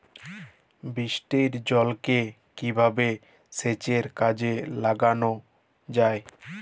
বৃষ্টির জলকে কিভাবে সেচের কাজে লাগানো য়ায়?